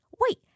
wait